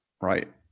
right